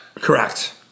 Correct